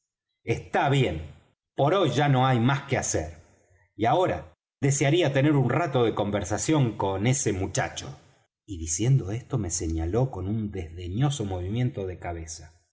está bien por hoy ya no hay más que hacer y ahora desearía tener un rato de conversación con ese muchacho y diciendo esto me señaló con un desdeñoso movimiento de cabeza